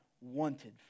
wanted